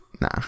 nah